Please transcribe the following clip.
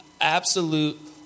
absolute